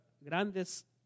grandes